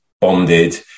bonded